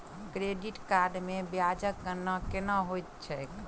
credit card मे ब्याजक गणना केना होइत छैक